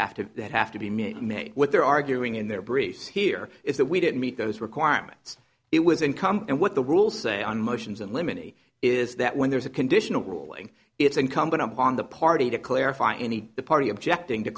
have to be met me what they're arguing in their briefs here is that we didn't meet those requirements it was income and what the rules say on motions and women e is that when there's a conditional ruling it's incumbent upon the party to clarify any the party objecting to